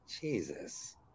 Jesus